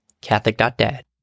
Catholic.Dad